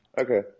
Okay